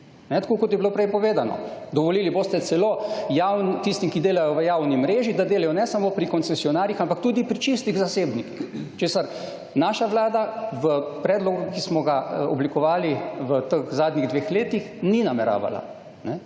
Tako, kot je bilo prej povedano, dovolili boste celo tistim, ki delajo v javni mreži, da delajo ne samo pri koncesionarjih, ampak tudi pri čistih zasebnikih, česar naša vlada v predlogu, ki smo ga oblikovali v teh zadnjih dveh letih ni nameravala.